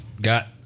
got